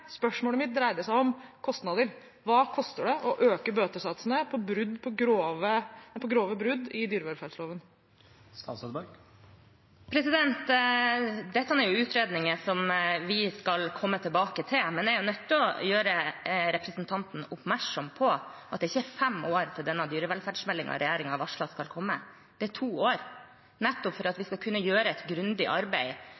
Spørsmålet mitt dreide seg om kostnader. Hva koster det å øke bøtesatsene for grove brudd på dyrevelferdsloven? Dette er utredninger som vi skal komme tilbake til, men jeg er nødt til å gjøre representanten oppmerksom på at det ikke er fem år til dyrevelferdsmeldingen som regjeringen har varslet, skal komme. Det er to år, nettopp for at